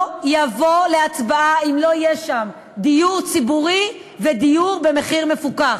לא יבוא להצבעה אם לא יהיה בו דיור ציבורי ודיור במחיר מפוקח.